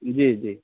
जी जी